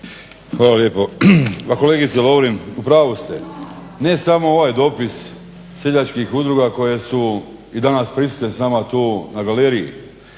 Hvala lijepo. Pa kolegice Lovrin u pravu ste. Ne samo ovaj dopis seljačkih udruga koje su i danas prisutne s nama tu na galeriji,